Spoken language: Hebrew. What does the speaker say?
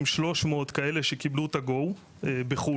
כ-7,300 אנשים שקיבלו את ה-GO בחו"ל,